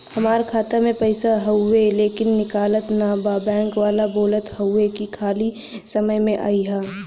हमार खाता में पैसा हवुवे लेकिन निकलत ना बा बैंक वाला बोलत हऊवे की खाली समय में अईहा